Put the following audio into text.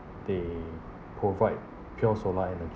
they provide pure solar energy